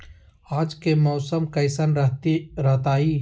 आज के मौसम कैसन रहताई?